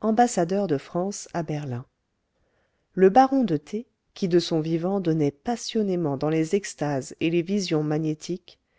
ambassadeur de france à berlin le baron de t qui de son vivant donnait passionnément dans les extases et les visions magnétiques